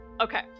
Okay